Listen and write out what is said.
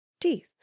teeth